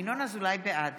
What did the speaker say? בעד